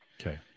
Okay